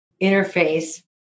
interface